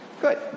Good